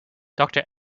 doctor